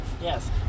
Yes